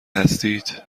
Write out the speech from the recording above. هستید